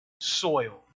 soil